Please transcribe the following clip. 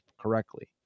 correctly